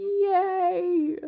Yay